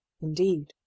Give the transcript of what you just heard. indeed